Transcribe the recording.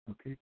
Okay